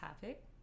topic